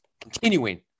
continuing